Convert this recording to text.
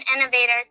innovator